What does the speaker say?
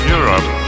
Europe